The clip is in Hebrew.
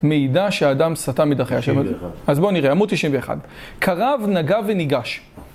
מידע שהאדם סטה מדרכי השם. אז בואו נראה, עמוד 91. קרב, נגע וניגש.